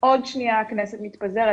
עוד שניה הכנסת מתפזרת,